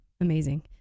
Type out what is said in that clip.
amazing